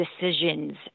decisions